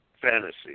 fantasy